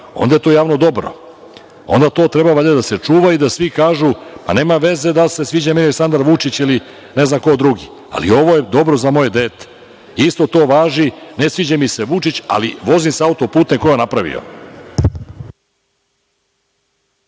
onda je to javno dobro, onda to treba da se čuva i da svi kažu, nema veze da li se sviđa meni Aleksandar Vučić ili ne znam ko drugi, ali ovo je dobro za moje dete. Isto to važi, ne sviđa mi se Vučić, ali vozim se auto-putem koji je on napravio.